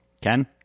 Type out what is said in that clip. Ken